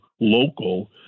local